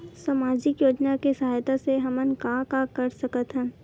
सामजिक योजना के सहायता से हमन का का कर सकत हन?